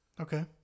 Okay